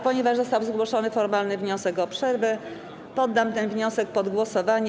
Ponieważ został zgłoszony formalny wniosek o przerwę, poddam ten wniosek pod głosowanie.